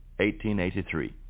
1883